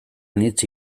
anitz